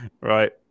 Right